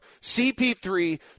CP3